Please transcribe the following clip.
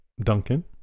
Duncan